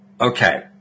okay